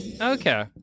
Okay